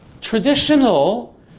traditional